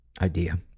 idea